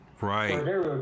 Right